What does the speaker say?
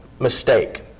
mistake